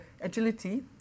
agility